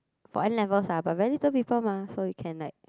for N-levels lah but very little people mah so you can like